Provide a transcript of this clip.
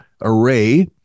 array